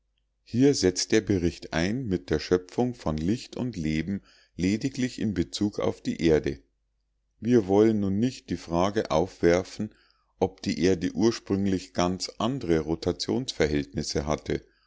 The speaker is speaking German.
hier setzt der bericht ein mit der schöpfung von licht und leben lediglich in bezug auf die erde wir wollen nun nicht die frage aufwerfen ob die erde ursprünglich ganz andre rotationsverhältnisse hatte